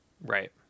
Right